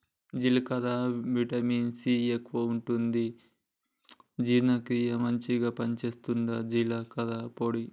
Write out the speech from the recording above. జీలకర్రల vitamin C ఎక్కువుంటది జీర్ణ క్రియకు మంచిగ పని చేస్తదట జీలకర్ర పొడి